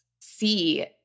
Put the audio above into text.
see